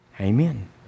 Amen